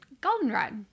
goldenrod